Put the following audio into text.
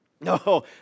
No